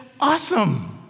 awesome